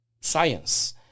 science